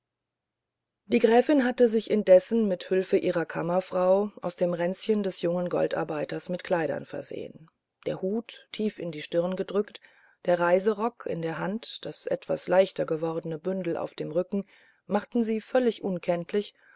die gräfin hatte sich indessen mit hülfe ihrer kammerfrau aus dem ränzchen des jungen goldarbeiters mit kleidern versehen der hut tief in die stirn gedrückt der reisestock in der hand das etwas leichter gewordene bündel auf dem rücken machten sie völlig unkenntlich